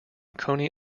coney